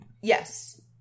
Yes